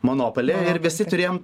monopolį ir visi turėjom